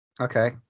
okay